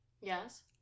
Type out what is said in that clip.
Yes